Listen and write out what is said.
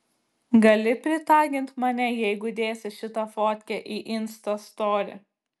gali pritagint mane jeigu dėsi šitą fotkę į insta story